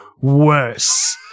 worse